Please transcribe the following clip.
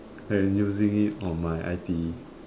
and using it on my I_T_E